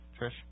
Trish